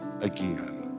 again